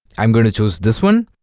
i'm going to choose this one